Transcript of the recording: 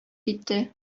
китте